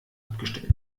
abgestellt